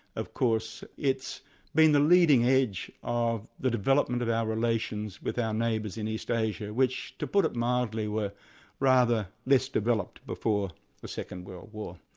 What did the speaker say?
of course it's been the leading edge of the development of our relations with our neighbours in east asia, which to put it mildly were rather less developed before the second world war.